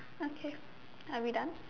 okay are we done